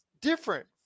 different